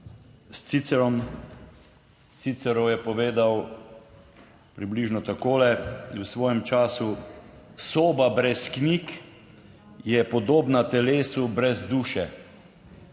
Cicero je povedal približno takole v svojem času: "Soba brez knjig je podobna telesu brez duše."